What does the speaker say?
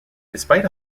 despite